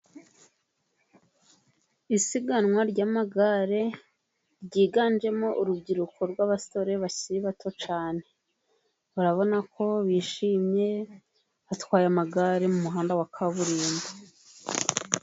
Isiganwa ry'amagare, ryiganjemo urubyiruko rw'abasore bakiri bato cyane. Urabona ko bishimye, batwaye amagare mu muhanda wa kaburimbo.